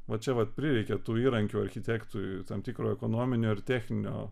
va čia vat prireikė tų įrankių architektui tam tikro ekonominio ir techninio